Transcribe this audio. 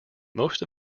most